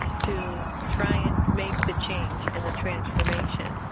to try and make the change in the transformation.